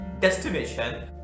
destination